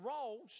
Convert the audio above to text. roles